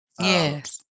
Yes